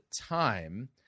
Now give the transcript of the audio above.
time